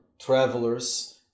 travelers